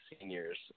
seniors